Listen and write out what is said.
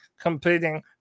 completing